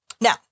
Now